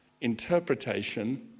interpretation